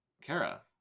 Kara